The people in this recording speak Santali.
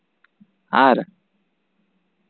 ᱟᱨ